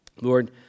Lord